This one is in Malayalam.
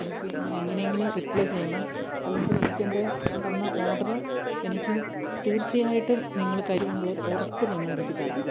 എനിക്ക് ഇതിനെങ്ങനേങ്കിലും റീപ്ലേ ചെയ്യണം അല്ലങ്കിൽ എനിക്കെൻ്റെ ഞാൻ തന്ന ഓഡര് എനിക്ക് തീർച്ചയായിട്ടും നിങ്ങള് തരുമെന്നുള്ളൊരു ഉറപ്പ് നിങ്ങളെനിക്ക് തരണം